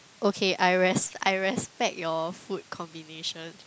okay I res~ I respect your food combination